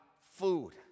food